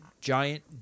giant